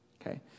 Okay